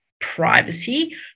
privacy